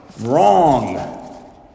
Wrong